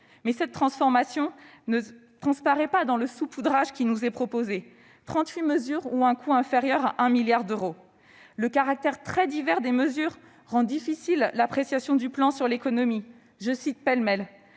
» Or cette transformation ne transparaît pas dans le saupoudrage qui nous est proposé : 38 mesures ont un coût inférieur à 1 milliard d'euros. Le caractère très divers des mesures rend difficile l'appréciation du plan sur l'économie. Je cite pêle-mêle :